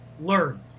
learn